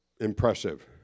impressive